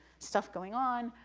stuff going on,